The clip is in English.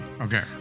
okay